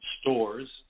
stores